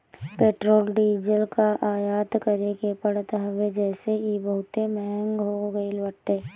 petrol diesel कअ आयात करे के पड़त हवे जेसे इ बहुते महंग हो गईल बाटे